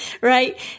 right